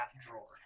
drawer